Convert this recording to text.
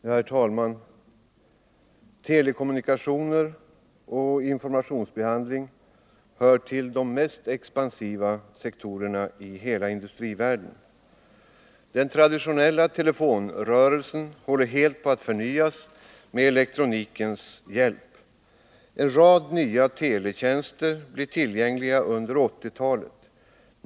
Herr talman! Telekommunikationer och informationsbehandling hör till de mest expansiva sektorerna i hela industrivärlden. Den traditionella telefonrörelsen håller på att helt förnyas med elektronikens hjälp. En rad nya teletjänster blir tillgängliga under 1980-talet.